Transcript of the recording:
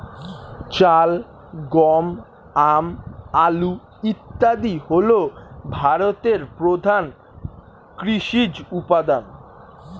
চাল, গম, আম, আলু ইত্যাদি হল ভারতের প্রধান কৃষিজ উপাদান